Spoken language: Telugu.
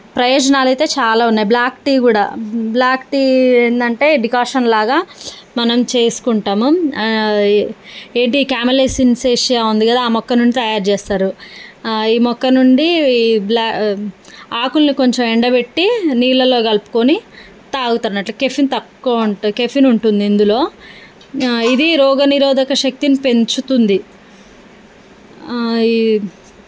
ప్రయోజనాలు అయితే చాలా ఉన్నాయి బ్లాక్ టీ కూడా బ్లాక్ టీ ఏంటంటే డికాషన్లాగా మనం చేసుకుంటాము ఏంటి కామెల్లియా సైనెన్సిస్ ఉంది కదా ఆ మొక్క నుండి తయారు చేస్తారు ఈ మొక్క నుండి బ్లా ఆకుల్ని కొంచెం ఎండపెట్టి నీళ్లలో కలుపుకొని తాగుతున్నట్లు కెఫిన్ తక్కువ ఉంటుంది కెఫిన్ ఉంటుంది ఇందులో ఇది రోగ నిరోధక శక్తిని పెంచుతుంది ఈ